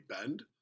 bend